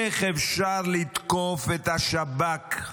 איך אפשר לתקוף את השב"כ?